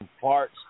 parts